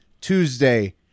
Tuesday